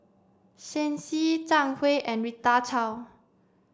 Shen Xi Zhang Hui and Rita Chao